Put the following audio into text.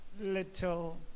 little